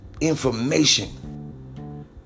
information